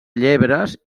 llebres